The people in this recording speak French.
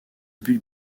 but